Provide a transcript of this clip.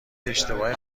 اشتباه